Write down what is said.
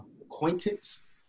acquaintance